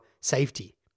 safety